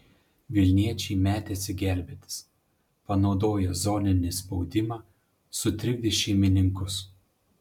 vilniečiai metėsi gelbėtis panaudoję zoninį spaudimą sutrikdė šeimininkus